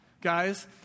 guys